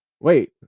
Wait